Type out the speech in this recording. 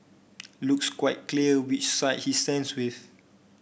looks quite clear which side he stands with